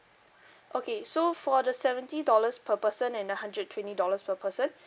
okay so for the seventy dollars per person and the hundred twenty dollars per person